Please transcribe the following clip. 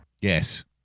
Yes